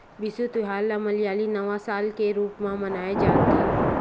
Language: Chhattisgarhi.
बिसु तिहार ल मलयाली नवा साल के रूप म मनाए जाथे